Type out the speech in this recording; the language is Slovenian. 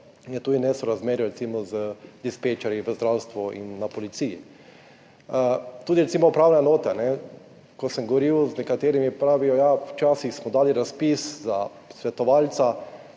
Je tudi nesorazmerje z dispečerji v zdravstvu in na policiji, tudi upravne enote, ko sem govoril z nekaterimi, pravijo, ja, včasih smo dali razpis za svetovalca,